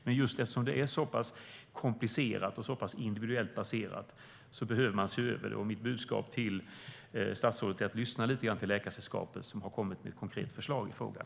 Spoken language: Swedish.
Men just eftersom det är så pass komplicerat och så pass individuellt baserat behöver man se över det. Mitt budskap till statsrådet är att han ska lyssna lite grann till Läkaresällskapet, som har kommit med ett konkret förslag i frågan.